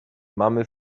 mamy